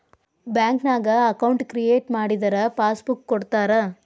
ಬ್ಯಾಂಕ್ನ್ಯಾಗ account create ಮಾಡಿದರ passbook ಕೊಡ್ತಾರಾ